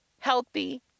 healthy